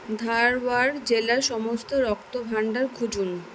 ধারওয়াড় জেলার সমস্ত রক্তভাণ্ডার খুঁজুন